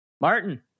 Martin